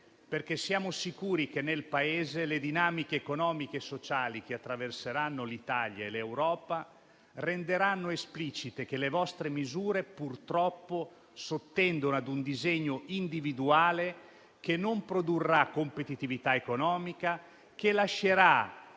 perché siamo sicuri che le dinamiche economiche e sociali che attraverseranno l'Italia e l'Europa renderanno esplicite che le vostre misure, purtroppo, sottendono a un disegno individuale, che non produrrà competitività economica, che lascerà